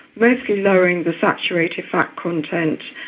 mostly lowering the saturated fat content,